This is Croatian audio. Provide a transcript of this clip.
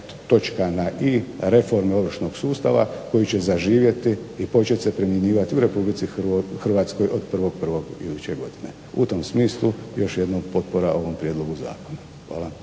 točka na i, reforme ovršnog sustava koji će zaživjeti i koji će se primjenjivati u Republici Hrvatskoj od 1. 1. Iduće godine. U tom smislu još jednom potpora ovom Prijedlogu zakona. Hvala.